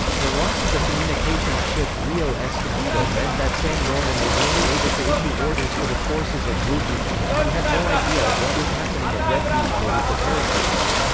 the loss of the communications ship rio escondido meant that san roman was only able to issue orders to the forces at blue beach, and he had no idea of what was happening at red beach or with the paratroopers.